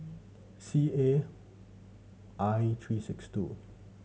C A I three six two